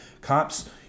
cops